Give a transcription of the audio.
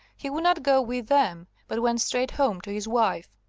he would not go with them, but went straight home to his wife.